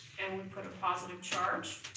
and we put a positive charge.